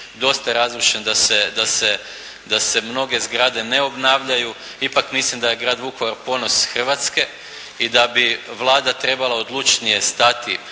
da se mnoge zgrade ne obnavljaju, ipak mislim da je grad Vukovar ponos Hrvatske i da bi Vlada trebala odlučnije stati